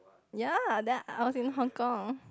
ya then I was in Hong-Kong